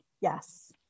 Yes